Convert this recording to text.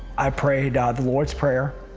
i prayed ah the lord's prayer,